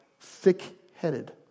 thick-headed